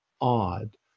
odd